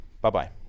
Bye-bye